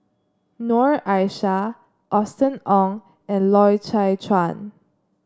Noor Aishah Austen Ong and Loy Chye Chuan